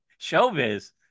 Showbiz